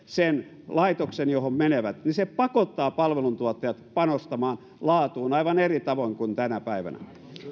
sen laitoksen johon menevät niin se pakottaa palveluntuottajat panostamaan laatuun aivan eri tavoin kuin tänä päivänä